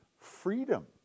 freedom